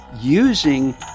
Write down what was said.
using